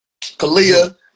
Kalia